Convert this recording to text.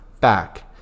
back